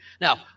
now